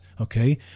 Okay